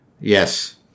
Yes